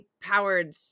powered